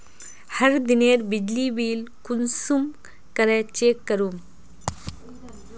हर दिनेर बिजली बिल कुंसम करे चेक करूम?